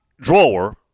Drawer